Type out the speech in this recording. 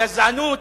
הגזענות